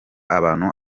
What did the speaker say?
abantu